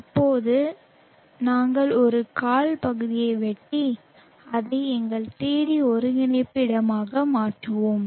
இப்போது நாங்கள் ஒரு கால் பகுதியை வெட்டி அதை எங்கள் 3D ஒருங்கிணைப்பு இடமாக மாற்றுவோம்